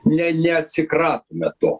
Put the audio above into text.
ne neatsikratome to